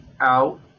out